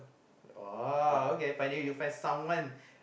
oh okay finally you find someone